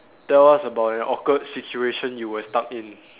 tell us about an awkward situation you were stuck in